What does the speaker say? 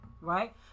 right